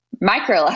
micro